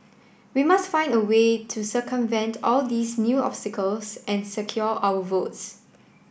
we must find a way to circumvent all these new obstacles and secure our votes